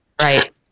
Right